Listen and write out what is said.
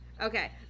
Okay